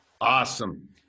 Awesome